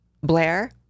Blair